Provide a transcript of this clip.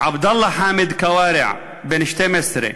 עבדאללה חאמד כוארע, בן 12,